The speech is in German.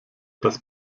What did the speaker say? das